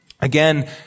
Again